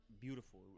beautiful